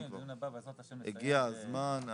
הגיע הזמן.